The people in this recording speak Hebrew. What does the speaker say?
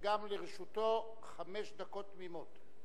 שגם לרשותו חמש דקות תמימות.